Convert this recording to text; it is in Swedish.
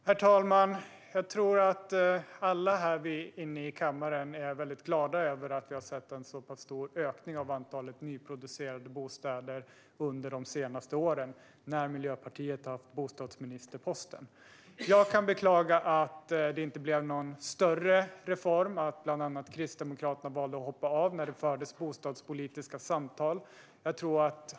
Herr talman! Jag tror att alla här inne i kammaren är väldigt glada över att vi har sett en så pass stor ökning av antalet nyproducerade bostäder under de senaste åren när Miljöpartiet har innehaft bostadsministerposten. Jag kan beklaga att det inte blev någon större reform och att bland annat Kristdemokraterna valde att hoppa av när det fördes bostadspolitiska samtal.